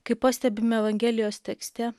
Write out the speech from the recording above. kaip pastebime evangelijos tekste